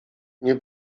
nie